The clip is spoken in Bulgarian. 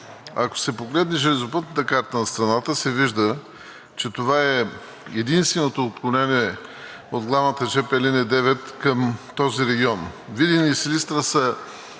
Ако се погледне железопътната карта на страната, се вижда, че това е единственото отклонение от главната жп линия № 9 към този регион. Видин и Силистра са